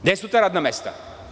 Gde su ta radna mesta?